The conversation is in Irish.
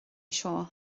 seo